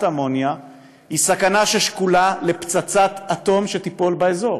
אמוניה היא סכנה ששקולה לפצצת אטום שתיפול באזור,